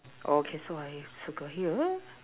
okay so I circle here